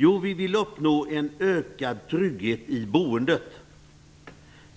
Jo, vi vill uppnå en ökad trygghet i boendet